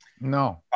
no